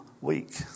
week